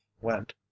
went